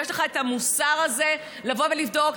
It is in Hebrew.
ויש לך את המוסר הזה לבוא ולבדוק.